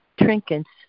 trinkets